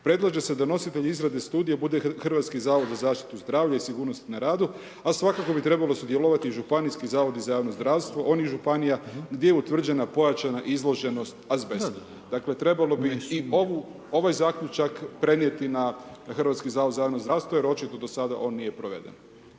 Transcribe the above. Predlaže se da nositelj izrade studije bude Hrvatski zavod za zaštitu zdravlja i sigurnost na radu, a svakako bi trebalo sudjelovati i županijski zavodi za javno zdravstvo onih županija gdje je utvrđena pojačana izloženost azbestu. Dakle, trebalo bi i ovaj zaključak prenijeti na Hrvatski zavod za javno zdravstvo, jer očito on do sada on nije proveden.